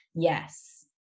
Yes